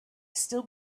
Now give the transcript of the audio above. still